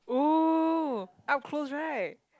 oh up close right